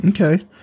Okay